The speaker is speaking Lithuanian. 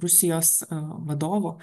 rusijos vadovo